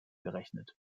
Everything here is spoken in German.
gerechnet